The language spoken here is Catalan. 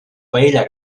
paella